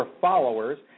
followers